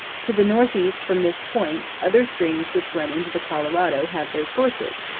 to the northeast from this point, other streams which run into the colorado have their sources,